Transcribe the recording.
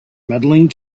medaling